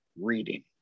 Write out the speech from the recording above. reading